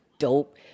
Dope